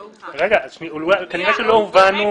כנראה לא הובנו.